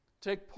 take